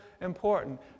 important